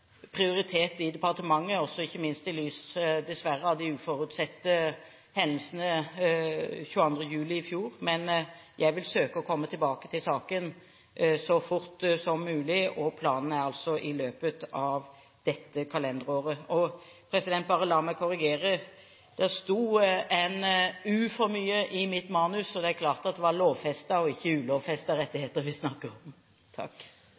prioritet i departementet, ikke minst i lys av – dessverre – de uforutsette hendelsene 22. juli i fjor. Men jeg vil søke å komme tilbake til saken så fort som mulig. Planen er å gjøre det i løpet av dette kalenderåret. Og la meg bare korrigere: Det sto en «u» for mye i mitt manus. Det er klart at det er lovfestede og ikke ulovfestede rettigheter vi snakker om. Takk